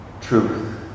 truth